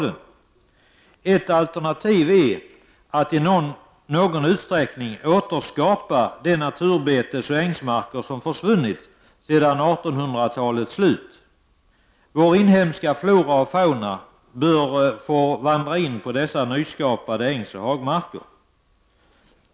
Ett alternativ är att i någon utsträckning återskapa de naturbetesoch ängsmarker som försvunnit sedan 1800-talets slut. Vår inhemska flora och fauna bör få vandra in på dessa nyskapade ängsoch hagmarker.